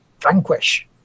Vanquish